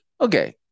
Okay